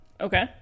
Okay